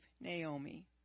Naomi